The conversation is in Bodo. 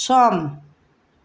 सम